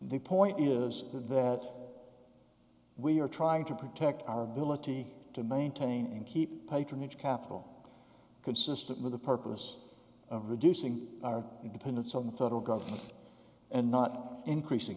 the point is that we are trying to protect our ability to maintain and keep patronage capital consistent with the purpose of reducing our dependence on the federal government and not increasing